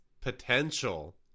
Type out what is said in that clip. Potential